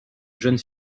jeunes